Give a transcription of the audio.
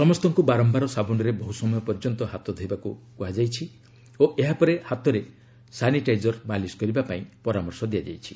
ସମସ୍ତଙ୍କୁ ବାରମ୍ଭାର ସାବୁନରେ ବହୁ ସମୟ ପର୍ଯ୍ୟନ୍ତ ହାତ ଧୋଇବାକୁ କୁହାଯାଇଛି ଓ ଏହା ପରେ ହାତରେ ସାନିଟାଇଜର ମାଲିସ କରିବାକୁ ପରାମର୍ଶ ଦିଆଯାଇଛି